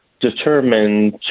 determined